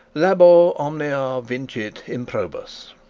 labor omnia vincit improbus.